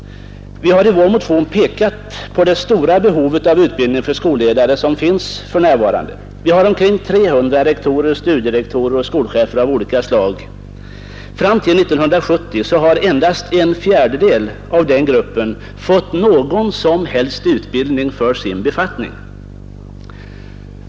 Vi har i vår motion pekat på det stora behov som finns för närvarande av utbildning för skolledare. Vi har omkring 300 rektorer, studierektorer och skolchefer av olika slag. Fram till 1970 har endast en fjärdedel av den gruppen fått någon som helst utbildning för sin befattning.